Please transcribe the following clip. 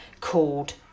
called